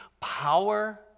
power